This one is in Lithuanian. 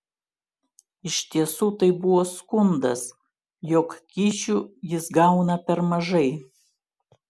iš tiesų tai buvo skundas jog kyšių jis gauna per mažai